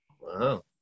Wow